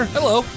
Hello